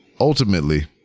ultimately